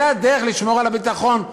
זאת הדרך לשמור על הביטחון.